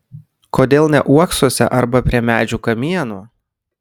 kodėl ne uoksuose arba prie medžių kamienų